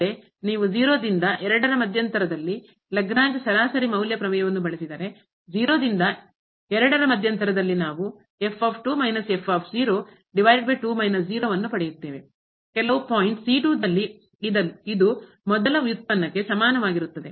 ಮತ್ತೆ ನೀವು ರಿಂದ ಮಧ್ಯಂತರದಲ್ಲಿ ಲಾಗ್ರೇಂಜ್ ಸರಾಸರಿ ಮೌಲ್ಯ ಪ್ರಮೇಯವನ್ನು ಬಳಸಿದರೆ ರಿಂದ ಮಧ್ಯಂತರದಲ್ಲಿ ನಾವು ಅನ್ನು ಪಡೆಯುತ್ತೇವೆ ಕೆಲವು ಪಾಯಿಂಟ್ ದಲ್ಲಿ ಇದು ಮೊದಲ ಉತ್ಪನ್ನಕ್ಕೆ ಸಮಾನವಾಗಿರುತ್ತದೆ